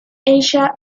asia